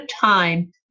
time